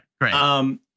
Right